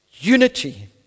Unity